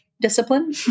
Discipline